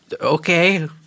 Okay